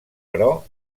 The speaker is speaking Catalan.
però